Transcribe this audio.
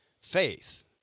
faith